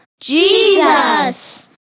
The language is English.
Jesus